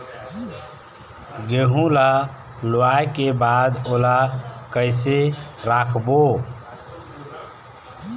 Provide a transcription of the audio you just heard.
गेहूं ला लुवाऐ के बाद ओला कइसे राखबो?